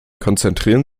konzentrieren